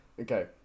Okay